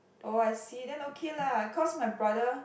oh I see then okay lah cause my brother